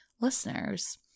listeners